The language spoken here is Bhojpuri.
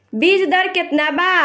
बीज दर केतना बा?